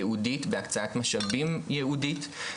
ייעודית והקצאת משאבים ייעודית.